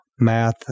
math